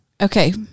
okay